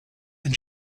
and